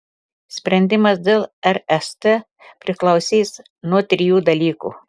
sprendimas dėl rst priklausys nuo trijų dalykų